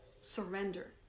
surrender